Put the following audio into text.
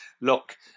look